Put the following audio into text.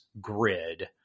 grid